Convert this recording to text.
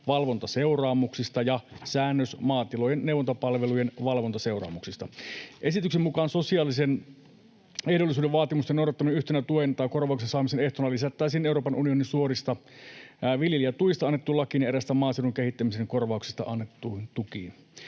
valvontaseuraamuksista ja säännös maatilojen neuvontapalvelujen valvontaseuraamuksista. Esityksen mukaan sosiaalisen ehdollisuuden vaatimusten noudattaminen yhtenä tuen tai korvauksen saamisen ehtona lisättäisiin Euroopan unionin suorista viljelijätuista annettuun lakiin ja eräistä maaseudun kehittämisen korvauksista annettuun lakiin.